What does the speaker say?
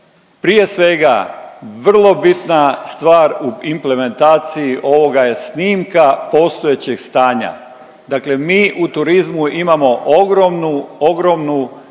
prije svega, vrlo bitna stvar u implementaciji ovoga je snimka postojećeg stanja, dakle mi u turizmu imamo ogromnu, ogromnu